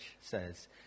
says